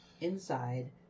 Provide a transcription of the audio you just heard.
inside